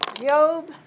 Job